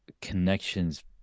connections